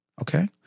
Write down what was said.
okay